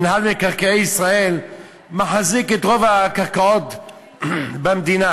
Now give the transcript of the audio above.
מינהל מקרקעי ישראל מחזיק את רוב הקרקעות במדינה.